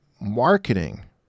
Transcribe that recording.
marketing